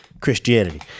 Christianity